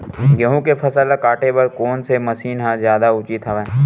गेहूं के फसल ल काटे बर कोन से मशीन ह जादा उचित हवय?